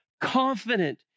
Confident